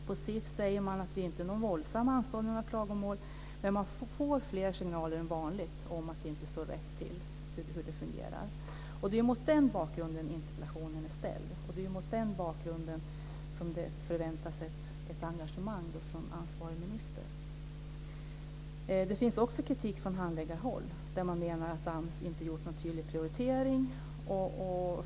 På SIF säger man att det inte är någon våldsam anstormning av klagomål, men man får fler signaler än vanligt om att det inte står rätt till beträffande hur det fungerar. Det är mot den bakgrunden interpellationen är ställd och det är mot den bakgrunden som det förväntas ett engagemang från ansvarig minister. Det finns också kritik från handläggarhåll, där man menar att det inte gjorts någon tydlig prioritering.